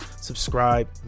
subscribe